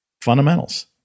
Fundamentals